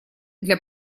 для